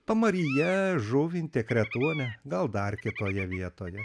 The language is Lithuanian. pamaryje žuvinte kretuone gal dar kitoje vietoje